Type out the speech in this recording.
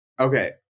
Okay